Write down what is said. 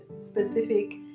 specific